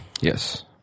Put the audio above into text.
Yes